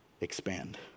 expand